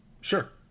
sure